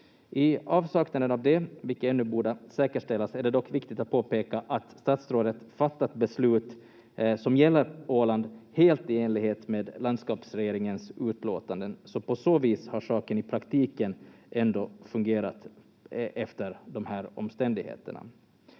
I avsaknande av det, vilket ännu borde säkerställas, är det dock viktigt att påpeka att statsrådet fattat beslut som gäller Åland helt i enlighet med landskapsregeringens utlåtanden, så på så vis har saken i praktiken ändå fungerat efter de här omständigheterna.